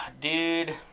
dude